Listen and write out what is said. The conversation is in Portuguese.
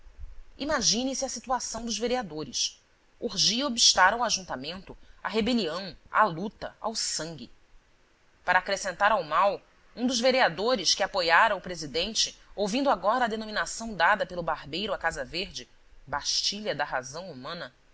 ele imagine-se a situação dos vereadores urgia obstar ao ajuntamento à rebelião à luta ao sangue para acrescentar ao mal um dos vereadores que apoiara o presidente ouvindo agora a denominação dada pelo barbeiro à casa verde bastilha da razão humana